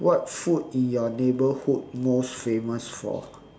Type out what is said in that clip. what food in your neighbourhood most famous for